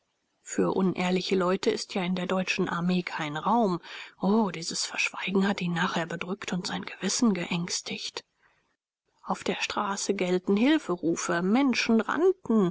für unehrliche leute ist ja in der deutschen armee kein raum o dieses verschweigen hat ihn nachher bedrückt und sein gewissen geängstigt auf der straße gellten hilferufe menschen rannten